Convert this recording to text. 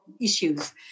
issues